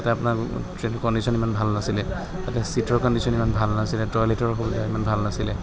তাতে আপোনাৰ train condition ইমান ভাল নাছিলে তাতে ছিটৰ কণ্ডিশ্যন ইমান ভাল নাছিলে টয়লেটৰ সুবিধা ইমান ভাল নাছিলে